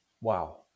Wow